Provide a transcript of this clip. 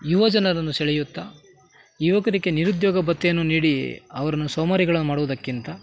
ಯುವ ಜನರನ್ನು ಸೆಳೆಯುತ್ತಾ ಯುವಕರಿಗೆ ನಿರುದ್ಯೋಗ ಭತ್ಯೆಯನ್ನು ನೀಡಿ ಅವರನ್ನು ಸೋಮಾರಿಗಳನ್ನಾಗಿ ಮಾಡುವುದಕ್ಕಿಂತ